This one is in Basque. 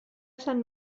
esan